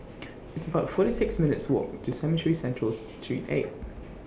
It's about forty six minutes' Walk to Cemetry Central's Street eight